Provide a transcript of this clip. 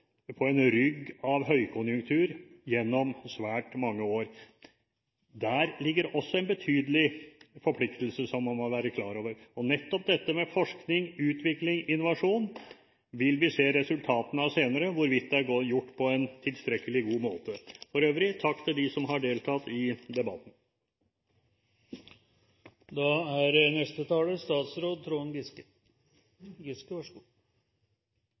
på en rygg av høykonjunktur gjennom svært mange år. Der ligger også en betydelig forpliktelse man må være klar over, og nettopp dette med forskning, utvikling og innovasjon vil vi se resultatene av senere, hvorvidt det er gjort på en tilstrekkelig god måte. For øvrig takk til dem som har deltatt i debatten.